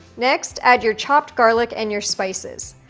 next, add your chopped garlic and your spices.